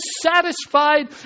satisfied